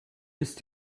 ist